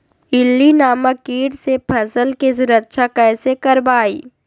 इल्ली नामक किट से फसल के सुरक्षा कैसे करवाईं?